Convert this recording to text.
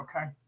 okay